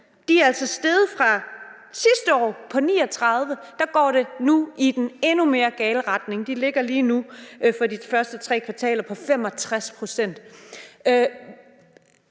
De er altså steget fra 39 pct. sidste år til nu, hvor det går i den endnu mere gale retning; de ligger lige nu for de første tre kvartaler på 65 pct.